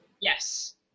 Yes